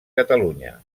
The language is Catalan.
catalunya